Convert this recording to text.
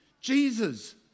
Jesus